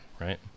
right